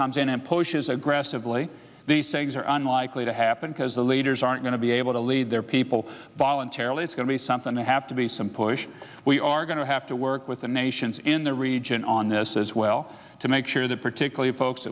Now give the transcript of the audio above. comes in and pushes aggressively these things are unlikely to happen because the leaders aren't going to be able to lead their people voluntarily it's going to be something they have to be some push we are going to have to work with the nations in the region on this as well to make sure that particularly folks